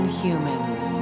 humans